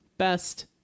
Best